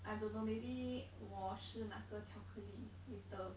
I don't know maybe 我试那个巧克力 later